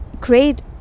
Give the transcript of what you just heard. create